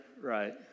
Right